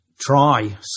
try